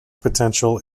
potential